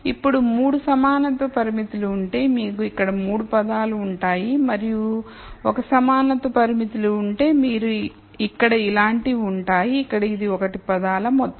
ఇప్పుడు 3 సమానత్వ పరిమితులు ఉంటే మీకు ఇక్కడ 3 పదాలు ఉంటాయి మరియు l సమానత్వ పరిమితులు ఉంటే మీకు ఇక్కడ ఇలాంటివి ఉంటాయి ఇక్కడ ఇది l పదాలమొత్తం